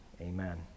Amen